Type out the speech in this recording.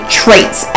traits